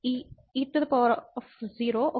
ఈ e0 ఒక minus one 00 form